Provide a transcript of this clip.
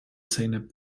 zeynep